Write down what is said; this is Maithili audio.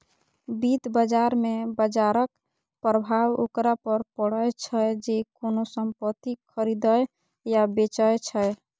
वित्त बाजार मे बाजरक प्रभाव ओकरा पर पड़ै छै, जे कोनो संपत्ति खरीदै या बेचै छै